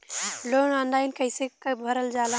Loan online कइसे भरल जाला?